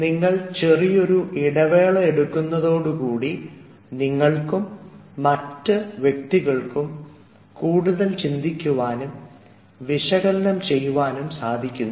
നിങ്ങൾ ചെറിയൊരു ഇടവേള എടുക്കുന്നതോടുകൂടി നിങ്ങൾക്കും മറ്റ് വ്യക്തികൾക്കും കൂടുതൽ ചിന്തിക്കുവാനും വിശകലനം ചെയ്യുവാൻ സാധിക്കുന്നു